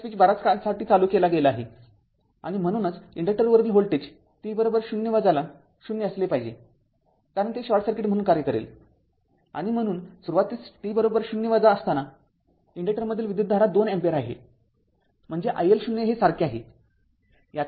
तर स्विच बर्याच काळासाठी चालू केला गेला आहे आणि म्हणूनच इन्डक्टरवरील व्होल्टेज t ० ला ० असले पाहिजे कारण तो शॉर्ट सर्किट म्हणून कार्य करेल आणि म्हणून सुरुवातीस t० असताना इन्डक्टरमधील विद्युतधारा २ अँपिअर आहे म्हणजे i L 0 हे सारखे आहे